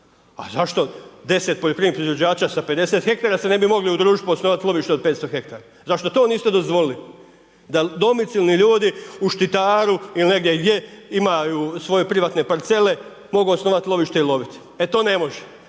A zašto 10 poljoprivrednih proizvođača s 50 hektara se ne bi mogli udružiti i osnovati lovište od 500 hektara? Zašto to niste dozvolili? Da domicilni ljudi u Štitaru ili negdje gdje imaju svoje privatne parcele mogu osnovati lovište i loviti. E to ne može.